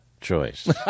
choice